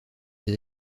des